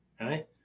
right